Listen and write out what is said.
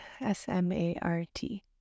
S-M-A-R-T